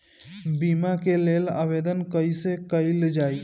बीमा के लेल आवेदन कैसे कयील जाइ?